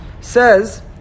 says